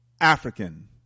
African